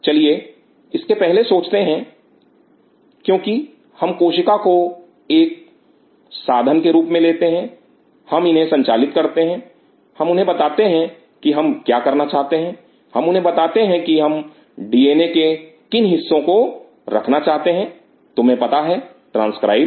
चलिए इसके पहले सोचते हैं क्योंकि हम कोशिका को एक साधन के रूप में लेते हैं हम इन्हें संचालित करते हैं हम उन्हें बताते हैं कि हम क्या करना चाहते हैं हम उन्हें बताते हैं कि हम डीएनए के किन हिस्सों को को रखना चाहते हैं तुम्हें पता है ट्रांसक्राइब्ड